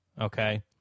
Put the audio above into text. okay